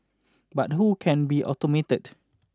but who can be automated